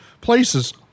places